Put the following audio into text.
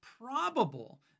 probable